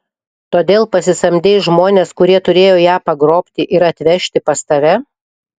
todėl pasisamdei žmones kurie turėjo ją pagrobti ir atvežti pas tave